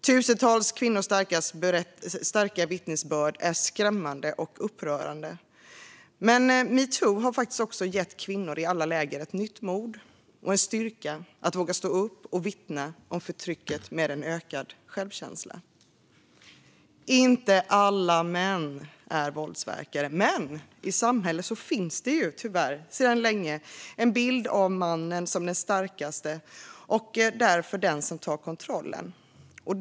Tusentals kvinnors starka vittnesbörd är skrämmande och upprörande, men metoo har faktiskt också gett kvinnor i alla läger ett nytt mod och en styrka att våga stå upp och vittna om förtrycket med en ökad självkänsla. Inte alla män är våldsverkare, men i samhället finns det tyvärr sedan länge en bild av mannen som den starkaste och därför den som tar kontrollen.